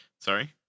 Sorry